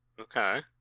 Okay